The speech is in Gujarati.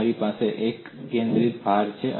મારી પાસે એક કેન્દ્રિત પર ભાર છે